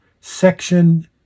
section